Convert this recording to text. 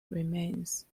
remains